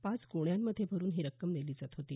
पाच गोण्यांमध्ये भरून ही रक्कम नेली जात होती